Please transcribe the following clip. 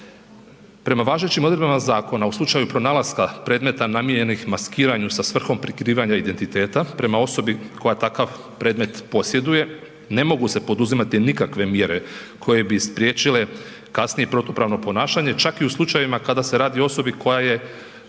Prema važećim odredbama zakona u slučaju pronalaska predmeta namijenjenih maskiranju sa svrhom prikrivanja identiteta prema osobi koja takav predmet posjeduje ne mogu se poduzimati nikakve mjere koje bi spriječile kasnije protupravno ponašanje čak i u slučajevima kada se radi o osobi koja je